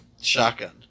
shotgun